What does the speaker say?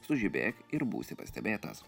sužibėk ir būsi pastebėtas